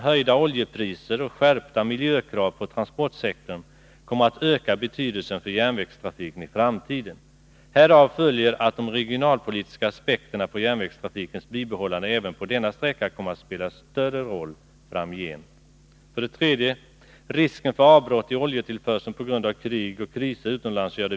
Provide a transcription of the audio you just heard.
Höjda oljepriser och skärpta miljökrav på transportsektorn kommer att öka betydelsen för järnvägstrafiken i framtiden. Härav följer att de regionalpolitiska aspekterna på järnvägstrafikens bibehållande även på denna sträcka kommer att spela större roll framgent.